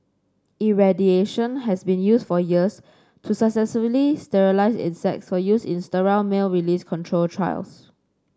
irradiation has been used for years to successfully sterilise insects for use in sterile male release control trials